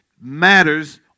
matters